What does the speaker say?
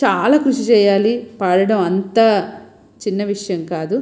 చాలా కృషి చేయాలి పాడడం అంత చిన్న విషయం కాదు